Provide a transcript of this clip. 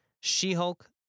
She-Hulk